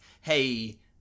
hey